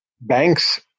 banks